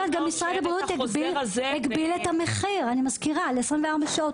משרד הבריאות גם הגביל את המחיר ל-24 שעות.